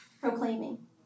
Proclaiming